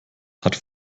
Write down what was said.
hat